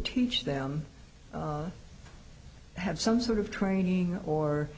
teach them have some sort of training or